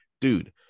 dude